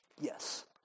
Yes